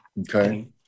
Okay